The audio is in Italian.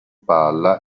palla